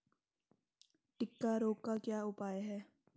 टिक्का रोग का उपाय?